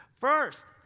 First